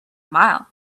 mile